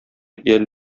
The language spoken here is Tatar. әле